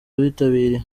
abitabiriye